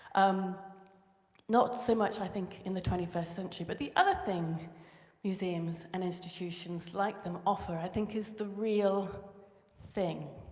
um not so much, i think, in the twenty first century. but the other thing museums and institutions like them offer, i think, is the real thing.